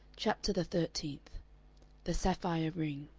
chapter the thirteenth the sapphire ring